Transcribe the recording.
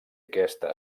aquesta